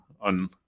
on